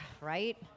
Right